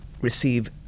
receive